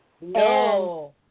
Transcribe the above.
No